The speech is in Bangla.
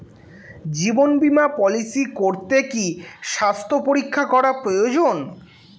জীবন বীমা পলিসি করতে কি স্বাস্থ্য পরীক্ষা করা প্রয়োজন?